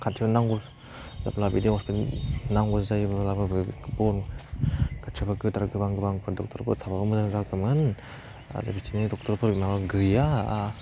खाथियाव नांगौ जाब्ला बिदि हस्पितालनि नांगौ जायोब्लाबो बर' खाथियावबा गोदोर गोबां गोबांफोर डक्टरफोर थाबा मोजां जागौमोन आरो बिदिनो डक्टरफोर माबा गैया आह